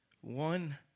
One